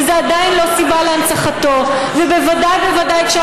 וזו עדיין לא סיבה להנצחתו,